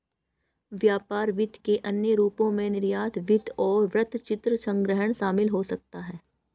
व्यापार वित्त के अन्य रूपों में निर्यात वित्त और वृत्तचित्र संग्रह शामिल हो सकते हैं